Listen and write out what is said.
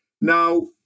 Now